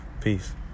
Peace